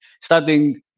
starting